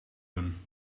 doen